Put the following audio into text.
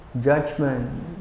judgment